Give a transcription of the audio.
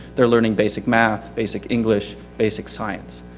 they're learning basic math, basic english, basic science.